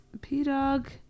p-dog